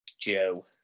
Joe